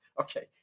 Okay